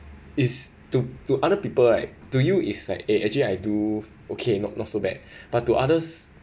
is to to other people right to you is like eh actually I do okay not not so bad but to others